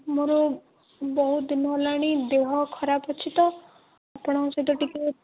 ମୋର ବହୁତ ଦିନ ହେଲାଣି ଦେହ ଖରାପ ଅଛି ତ ଆପଣଙ୍କ ସହିତ ଟିକିଏ